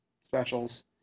specials